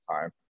time